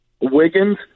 Wiggins